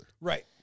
Right